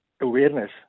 awareness